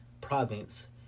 province